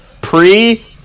pre